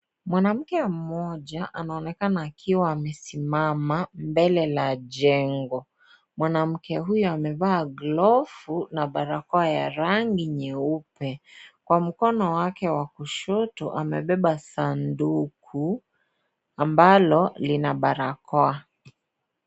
Mwanamke mmoja, anaonekana akiwa amesimama mbele la jengo. Mwanamke huyo amevaa glovu na barakoa ya rangi nyeupe. Kwa mkono wake wa kushoto, amebeba sanduku ambalo lina barakoa.